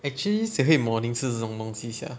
actually 谁会 morning 吃这种东西 sia